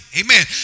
amen